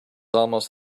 almost